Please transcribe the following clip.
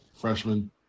freshman